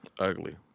Ugly